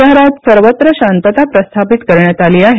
शहरात सर्वत्र शांतता प्रस्थापित करण्यात आली आहे